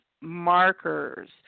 markers